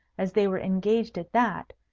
as they were engaged at that,